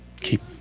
keep